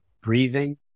breathing